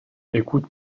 écoute